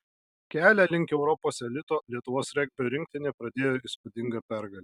kelią link europos elito lietuvos regbio rinktinė pradėjo įspūdinga pergale